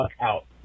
out